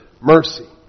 mercy